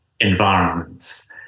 environments